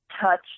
touch